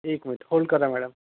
एक minute hold करा madam